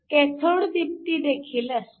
cathode दीप्ती देखील असते